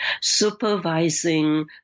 supervising